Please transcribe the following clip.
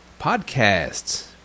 podcasts